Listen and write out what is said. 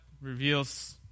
reveals